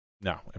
No